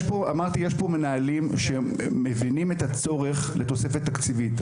יש פה מנהלים שמבינים את הצורך לתוספת תקציבית.